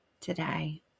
today